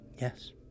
yes